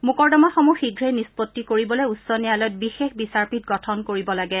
মোকৰ্দমাসমূহ শীঘ্ৰেই নিষ্পত্তি কৰিবলৈ উচ্চ ন্যয়ালয়ত বিশেষ বিচাৰপীঠ গঠন কৰিব লাগে